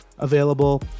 available